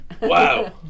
Wow